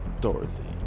Dorothy